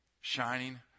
shining